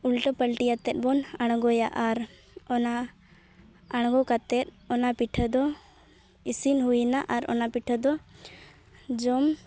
ᱩᱞᱴᱟᱹ ᱯᱟᱹᱞᱴᱤᱭᱟᱛᱮᱫ ᱵᱚᱱ ᱟᱬᱜᱚᱭᱟ ᱟᱨ ᱚᱱᱟ ᱟᱬᱜᱚ ᱠᱟᱛᱮᱫ ᱚᱱᱟ ᱯᱤᱴᱷᱟᱹ ᱫᱚ ᱤᱥᱤᱱ ᱦᱩᱭᱱᱟ ᱟᱨ ᱚᱱᱟ ᱯᱤᱴᱷᱟᱹ ᱫᱚ ᱡᱚᱢ